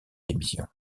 démission